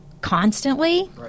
constantly